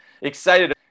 excited